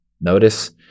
notice